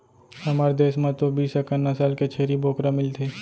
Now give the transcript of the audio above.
हमर देस म तो बीस अकन नसल के छेरी बोकरा मिलथे